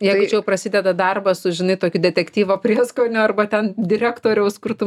jeigu čia jau prasideda darbas su žinai tokiu detektyvo prieskoniu arba ten direktoriaus kur tu